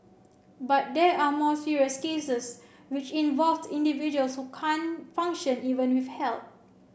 but there are more serious cases which involve individuals who can't function even with help